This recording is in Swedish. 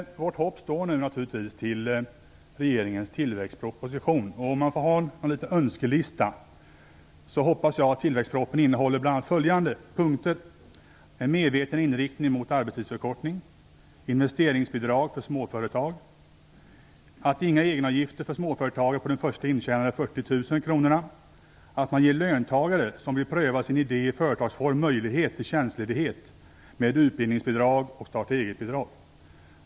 Vårt hopp står nu naturligtvis till regeringens tillväxtproposition. Om jag får ha en önskelista hoppas jag att tillväxtpropositionen innehåller bl.a. följande: En medveten inriktning mot arbetstidsförkortning. Löntagare som vill pröva sin idé i företagsform ges möjlighet till tjänstledighet med utbildningsbidrag och starta-eget-bidrag.